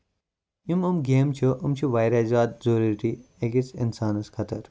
یِم یِم گیمہٕ چھِ یِم چھِ واریاہ زیادٕ ضروٗری أکِس اِنسانَس خٲطرٕ